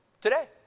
today